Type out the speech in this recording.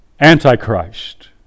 Antichrist